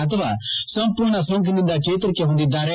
ಅಥವಾ ಸಂಪೂರ್ಣವಾಗಿ ಸೋಂಕಿನಿಂದ ಚೇತರಿಕೆ ಹೊಂದಿದ್ಲಾರೆ